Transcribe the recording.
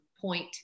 point